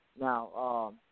Now